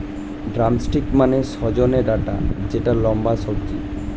drumstick মানে সজনে ডাটা যেটা লম্বা সবজি